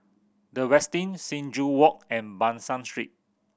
The Westin Sing Joo Walk and Ban San Street